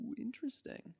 interesting